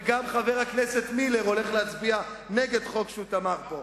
וגם חבר הכנסת מילר הולך להצביע נגד חוק שהוא תמך בו.